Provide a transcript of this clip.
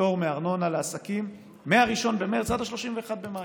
פטור מארנונה מ-1 במרץ עד 31 במאי.